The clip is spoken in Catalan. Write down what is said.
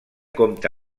compta